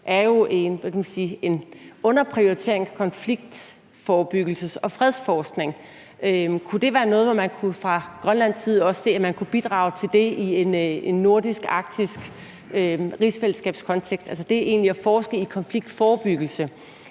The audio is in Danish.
man sige, underprioriteret konfliktforebyggelses- og fredsforskning. Kunne det være noget, hvor man fra Grønlands side også kunne bidrage til det i en nordisk-arktisk-rigsfællesskabskontekst, altså det egentlig at forske i konfliktforebyggelse